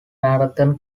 marathon